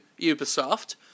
Ubisoft